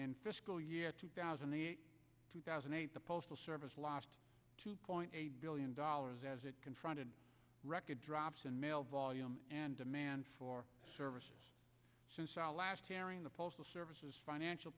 fiscal year two thousand two thousand and eight the postal service lost two point eight billion dollars as it confronted record drops in mail volume and demand for service since our last sharing the postal service is financial